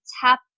tap